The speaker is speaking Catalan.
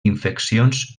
infeccions